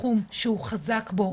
בתחום שהוא חזק בו,